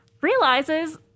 realizes